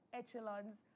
echelons